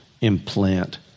implant